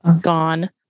gone